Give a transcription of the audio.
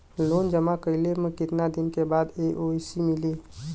Loan जमा कइले के कितना दिन बाद एन.ओ.सी मिली?